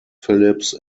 phillips